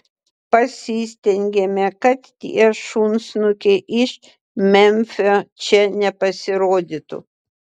pasistengėme kad tie šunsnukiai iš memfio čia nepasirodytų